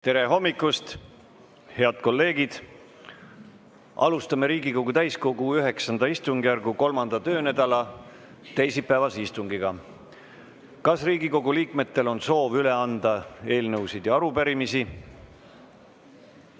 Tere hommikust! Head kolleegid! Alustame Riigikogu täiskogu IX istungjärgu kolmanda töönädala teisipäevast istungit. Kas Riigikogu liikmetel on soovi üle anda eelnõusid ja arupärimisi?